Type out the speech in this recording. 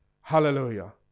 Hallelujah